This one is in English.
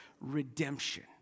redemption